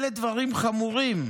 אלה דברים חמורים,